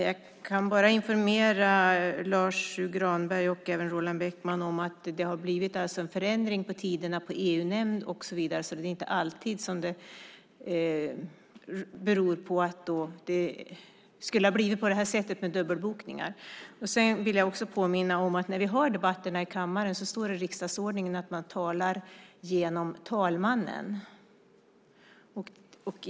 Jag kan informera Lars U Granberg och Roland Bäckman om att det har blivit en förändring i tiderna för EU-nämnden. Det handlar alltså inte alltid om dubbelbokningar. Jag vill också påminna om att det står i riksdagsordningen att man vid debatterna i kammaren talar genom talmannen.